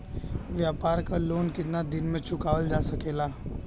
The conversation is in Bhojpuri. व्यापार के लोन कितना दिन मे चुकावल जा सकेला?